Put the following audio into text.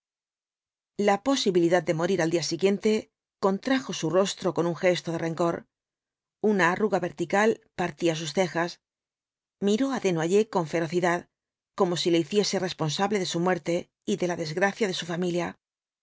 la posibilidad de morir al día siguiente contrajo su rostro con un gesto de rencor una arruga vertical partía sus cejas miró á desnoyers con ferocidad como si le hiciese responsable de su muerte y de la desgracia de su familia